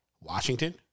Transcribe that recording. Washington